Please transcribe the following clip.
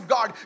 God